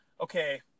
okay